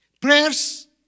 Prayers